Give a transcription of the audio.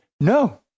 No